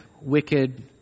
wicked